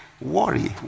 Worry